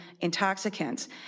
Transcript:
intoxicants